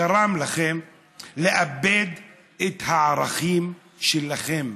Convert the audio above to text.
גרם לכם לאבד את הערכים שלכם.